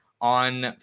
on